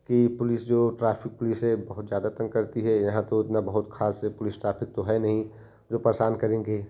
कि पुलिस जो traffic police है बहुत ज़्यादा तंग करती है यहाँ पर उतना बहुत खास पुलिस ट्राफिक तो है नहीं जो परेशान करेंगे